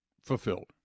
fulfilled